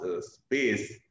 space